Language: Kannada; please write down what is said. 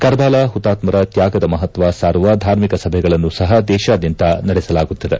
ಕಾರ್ಬಾಲ ಹುತಾತ್ಮರ ತ್ಯಾಗದ ಮಹತ್ಯ ಸಾರುವ ಧಾರ್ಮಿಕ ಸಭೆಗಳನ್ನು ಸಹ ದೇಶಾದ್ಯಂತ ನಡೆಸಲಾಗುತ್ತಿದೆ